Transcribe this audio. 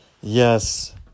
Yes